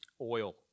oil